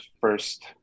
first